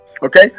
Okay